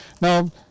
Now